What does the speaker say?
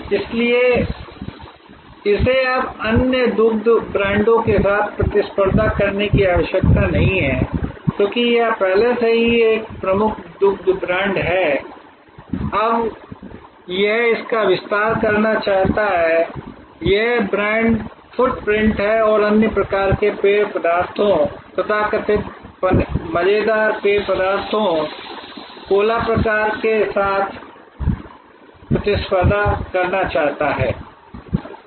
इसलिए इसे अब अन्य दुग्ध ब्रांडों के साथ प्रतिस्पर्धा करने की आवश्यकता नहीं है क्योंकि यह पहले से ही एक प्रमुख दुग्ध ब्रांड है अब यह इसका विस्तार करना चाहता है यह ब्रांड फ़ुटप्रिंट है और अन्य प्रकार के पेय पदार्थों तथाकथित मज़ेदार पेय पदार्थों कोला प्रकार के साथ प्रतिस्पर्धा करना चाहता है